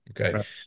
Okay